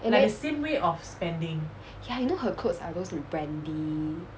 eh then ya you know her clothes are those with brand